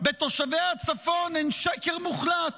בתושבי הצפון הן שקר מוחלט.